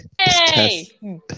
Hey